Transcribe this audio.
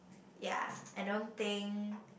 ya I don't think